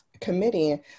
committee